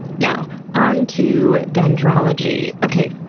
now, on to dendrology. okay,